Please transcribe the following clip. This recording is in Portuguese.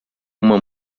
uma